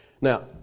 Now